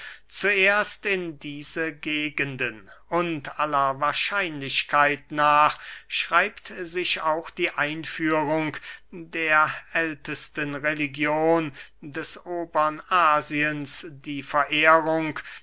zuerst in diese gegenden und aller wahrscheinlichkeit nach schreibt sich auch die einführung der ältesten religion des obern asiens die verehrung